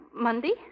Monday